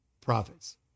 prophets